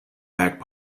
back